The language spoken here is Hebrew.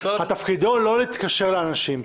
תפקידו לא להתקשר לאנשים.